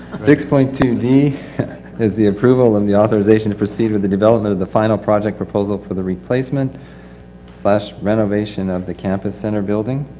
six point two d is the approval and the authorization to proceed with the development of the final project proposal for the replacement slash renovation of the campus center building,